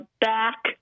back